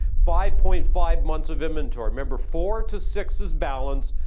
five point five months of inventory. number four to six is balance,